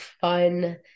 fun